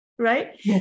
right